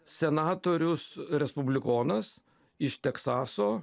senatorius respublikonas iš teksaso